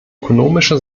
ökonomische